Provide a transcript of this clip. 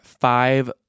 five